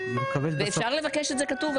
ואפשר לבקש את זה כתוב?